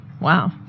Wow